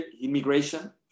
immigration